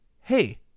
Hey